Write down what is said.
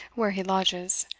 where he lodges.